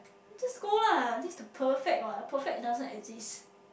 it just school lah this the perfect one perfect doesn't exist